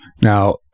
Now